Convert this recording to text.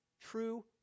true